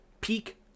peak